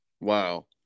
Wow